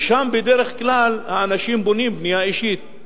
שם בדרך כלל האנשים בונים בנייה אישית,